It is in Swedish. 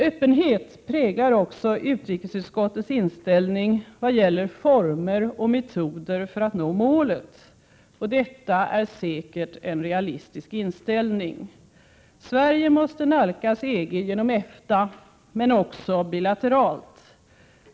Öppenhet präglar också utrikesutskottets inställning vad gäller former och metoder för att nå målet. Och detta är säkert en realistisk inställning. Sverige måste nalkas EG genom EFTA men också bilateralt.